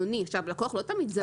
הלקוח לא תמיד זמין.